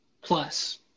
plus